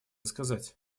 сказать